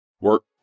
Work